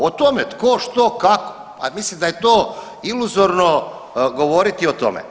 O tome tko, što, kako, a mislim da je to iluzorno govoriti o tome.